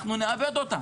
אנחנו נאבד אותם.